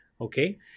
Okay